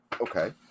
Okay